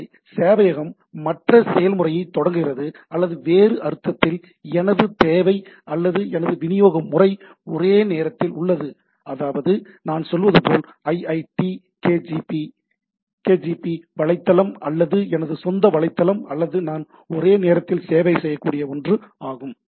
எனவே சேவையகம் மற்ற செயல்முறையைத் தொடங்குகிறது அல்லது வேறு அர்த்தத்தில் எனது தேவை அல்லது எனது விநியோக முறை ஒரே நேரத்தில் உள்ளது அதாவது நான் சொல்வது போல் iitkgp வலைத்தளம் அல்லது எனது சொந்த வலைத்தளம் அல்லது நான் ஒரே நேரத்தில் சேவை செய்யக்கூடிய ஒன்று ஆகும்